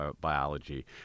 biology